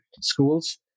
schools